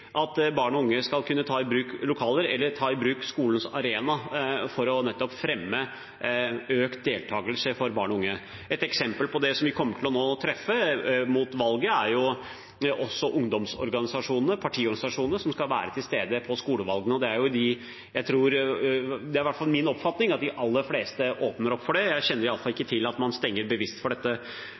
bruk lokaler eller skolens arena for nettopp å fremme økt deltakelse for barn og unge. Et eksempel på det, som vi kommer til å treffe på nå mot valget, er ungdomsorganisasjonene, partiorganisasjonene, som skal være til stede på skolevalgene. Det er i hvert fall min oppfatning at de aller fleste åpner for det. Jeg kjenner i alle fall ikke til at man stenger bevisst for dette.